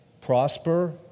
prosper